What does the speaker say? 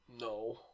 No